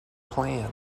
planned